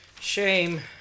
Shame